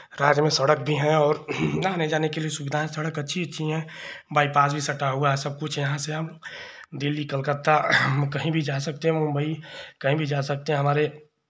राज्य में सड़क भी हैं और आने जाने के लिए सुविधाएं सड़क अच्छी अच्छी हैं बाईपास भी सटा हुआ है सबकुछ है यहाँ से अब दिल्ली कलकत्ता कहीं भी जा सकते हैं मुम्बई कहीं भी जा सकते हैं हमारे